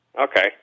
Okay